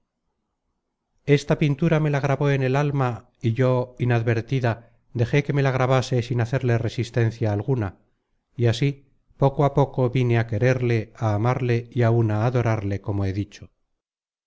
esta pintura me la grabó en el alma y yo inadvertida dejé que me la grabase sin hacerle resistencia alguna y así poco a poco vine á quererle á amarle y áun á adorarle como he dicho